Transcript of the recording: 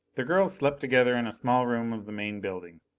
the girls slept together in a small room of the main building.